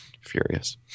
furious